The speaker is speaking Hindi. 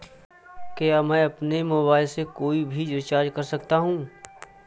क्या मैं अपने मोबाइल से कोई भी रिचार्ज कर सकता हूँ?